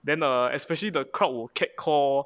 then uh especially the crowd would cat call